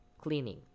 cleaning